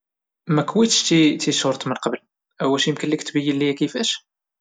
مكويتش تيشرت من قبل، واش ممكن توريني كيفاش؟